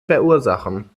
verursachen